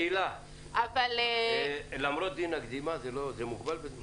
תהלה, למרות דין הקדימה זה מוגבל בזמן.